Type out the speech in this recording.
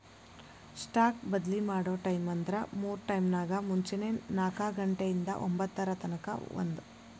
stock ಬದ್ಲಿ ಮಾಡೊ ಟೈಮ್ವ್ಂದ್ರ ಮೂರ್ ಟೈಮ್ನ್ಯಾಗ, ಮುಂಜೆನೆ ನಾಕ ಘಂಟೆ ಇಂದಾ ಒಂಭತ್ತರ ತನಕಾ ಒಂದ್